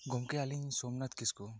ᱜᱚᱢᱠᱮ ᱟᱹᱞᱤᱧ ᱥᱚᱢᱱᱟᱛᱷ ᱠᱤᱥᱠᱩ